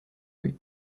lui